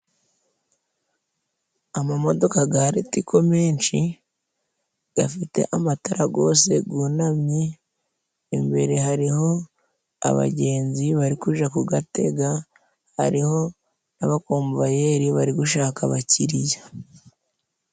Amamodoka garitiko menshi gafite amataragose gunamye, imbere hariho abagenzi barikuja kugatega, imbere hariho n'abakomvayeri bari gushaka abakiriya.